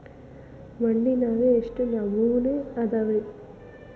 ಮಣ್ಣಿನಾಗ ಎಷ್ಟು ನಮೂನೆ ಅದಾವ ರಿ?